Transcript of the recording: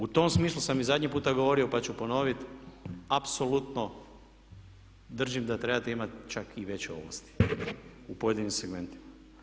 U tom smislu sam i zadnji puta govorio pa ću ponoviti, apsolutno držim da trebate imati čak i veće ovlasti u pojedinim segmentima.